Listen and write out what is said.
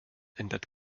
ändert